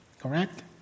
Correct